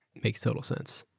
makes total sense.